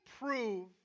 prove